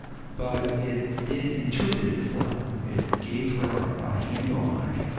but it did interpret it for her. it gave her a handle on it